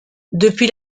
depuis